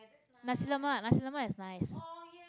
nasi-lemak nasi-lemak is nice